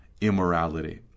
immorality